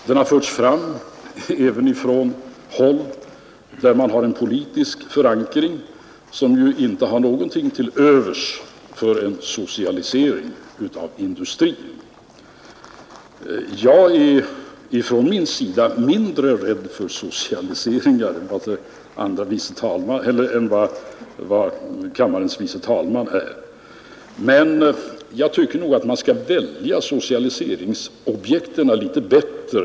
Den har förts fram även från håll där man har en politisk förankring som inte har någonting till övers för en socialisering av industrin. Jag är från min sida mindre rädd för socialisering än vad förste vice talmannen är. Men jag tycker nog att man skall välja socialiseringsobjekten litet bättre.